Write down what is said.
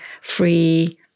free